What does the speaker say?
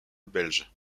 belge